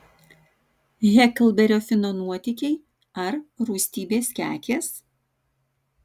heklberio fino nuotykiai ar rūstybės kekės